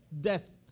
death